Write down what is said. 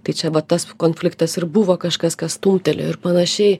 tai čia vat tas konfliktas ir buvo kažkas kas stumtelėjo ir panašiai